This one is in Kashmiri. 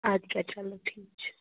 اَدٕ کیٛاہ چلو ٹھیٖک چھِ